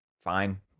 fine